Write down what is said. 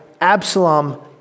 Absalom